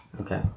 Okay